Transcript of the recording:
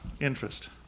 interest